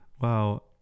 wow